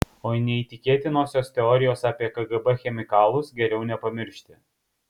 o neįtikėtinosios teorijos apie kgb chemikalus geriau nepamiršti